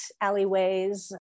alleyways